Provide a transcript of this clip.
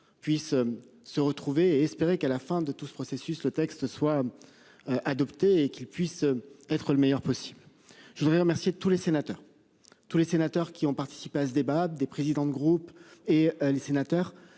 puisse se retrouver et espérer qu'à la fin de tout ce processus, le texte soit. Adopté et qu'il puisse être le meilleur possible. Je voudrais remercier tous les sénateurs tous les sénateurs qui ont participé à ce débat des présidents de groupe et les sénateurs.